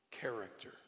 character